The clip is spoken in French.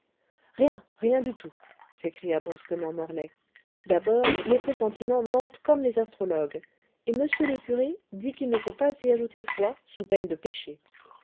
rien rien du tout s'écria brusquement morlaix d'abord les pressentiments mentent comme les astrologues et m le curé dit qu'il ne faut pas y ajouter foi sous peine de péché